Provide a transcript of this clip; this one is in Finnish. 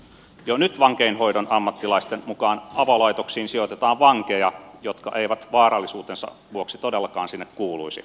jo nyt vankeinhoidon ammattilaisten mukaan avolaitoksiin sijoitetaan vankeja jotka eivät vaarallisuutensa vuoksi todellakaan sinne kuuluisi